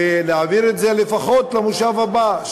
ולהעביר את זה לפחות למושב הבא,